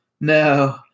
No